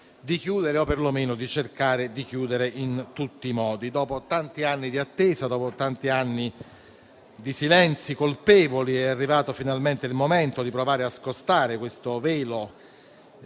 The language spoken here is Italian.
di chiudere o perlomeno di cercare di chiudere in tutti i modi. Dopo tanti anni di attesa e di silenzi colpevoli, è arrivato finalmente il momento di provare a scostare un tale velo